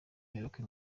muyoboke